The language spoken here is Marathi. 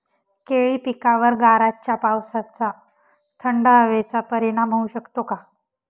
केळी पिकावर गाराच्या पावसाचा, थंड हवेचा परिणाम होऊ शकतो का?